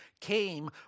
came